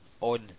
on